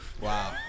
Wow